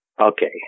Okay